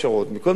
מכל מקום,